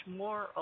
more